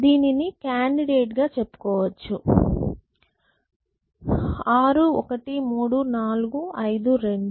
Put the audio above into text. దీనిని కాండిడేట్ గా చెప్పుకోవచ్చు 6 1 3 4 5 2